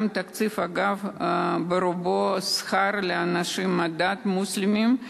גם תקציב האגף הוא ברובו שכר לאנשי הדת המוסלמים,